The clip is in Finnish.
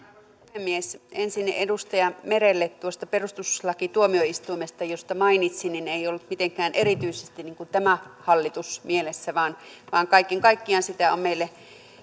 puhemies ensin edustaja merelle tuosta perustuslakituomioistuimesta josta mainitsin ei ollut mitenkään erityisesti tämä hallitus mielessä vaan vaan kaiken kaikkiaan sitä on meille